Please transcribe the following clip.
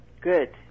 Good